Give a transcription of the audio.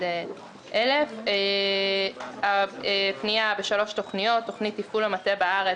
212,471,00. הפנייה בשלוש תוכניות: 1. תוכנית תפעול המטה בארץ,